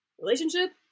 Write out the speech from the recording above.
relationship